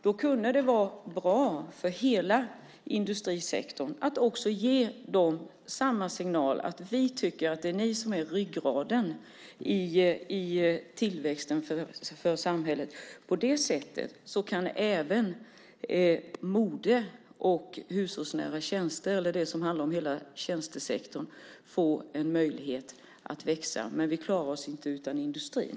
Då kunde det vara bra för hela industrisektorn att man ger den samma signal om att man tycker att det är den som är ryggraden i tillväxten för samhället. På det sättet kan även modeindustrin, hushållsnära tjänster och det som handlar om hela tjänstesektorn få en möjlighet att växa. Men vi klarar oss inte utan industrin.